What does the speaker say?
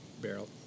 barrel